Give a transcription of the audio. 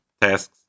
tasks